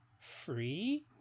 free